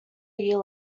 year